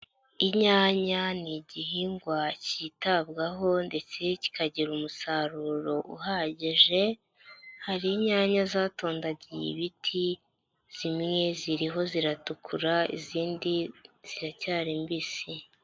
Inyanya ni igihingwa cyitabwaho ndetse kikagira umusaruro uhagije, hari inyanya zatondagiye ibiti, zimwe ziriho ziratukura, izindi ziracyari mbisi.